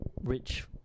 rich